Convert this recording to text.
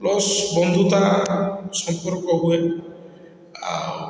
plus ବନ୍ଧୁତା ସମ୍ପର୍କ ହୁଏ ଆଉ